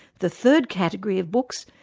the third category of books,